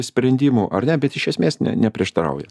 sprendimų ar ne bet iš esmės ne neprieštarauja